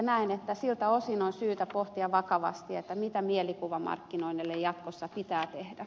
näen että siltä osin on syytä pohtia vakavasti mitä mielikuvamarkkinoinnille jatkossa pitää tehdä